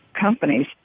companies